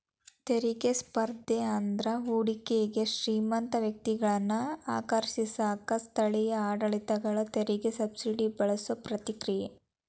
ತೆರಿಗೆ ಸ್ಪರ್ಧೆ ಅಂದ್ರ ಹೂಡಿಕೆಗೆ ಶ್ರೇಮಂತ ವ್ಯಕ್ತಿಗಳನ್ನ ಆಕರ್ಷಿಸಕ ಸ್ಥಳೇಯ ಆಡಳಿತಗಳ ತೆರಿಗೆ ಸಬ್ಸಿಡಿನ ಬಳಸೋ ಪ್ರತಿಕ್ರಿಯೆ